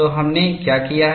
तो हमने क्या किया है